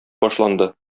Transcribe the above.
башланды